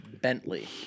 Bentley